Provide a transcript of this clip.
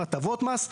הטבות מס.